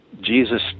jesus